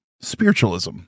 spiritualism